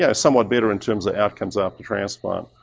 yeah somewhat better in terms of outcomes after transplant.